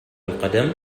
القدم